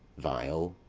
vial.